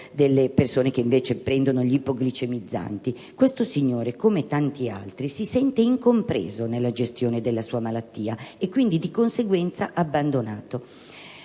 dei pazienti che prendono gli ipoglicemizzanti. Questo signore, come tanti altri, si sente incompreso nella gestione della sua malattia, e di conseguenza abbandonato.